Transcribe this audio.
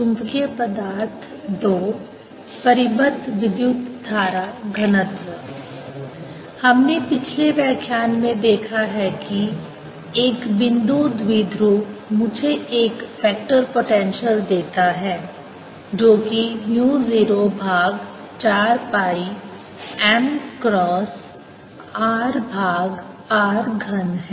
चुंबकीय पदार्थ II परिबद्ध विद्युत धारा घनत्व हमने पिछले व्याख्यान में देखा है कि एक बिंदु द्विध्रुव मुझे एक वेक्टर पोटेंशियल देता है जो कि म्यू 0 भाग 4 पाई m क्रॉस r भाग r घन है